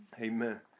amen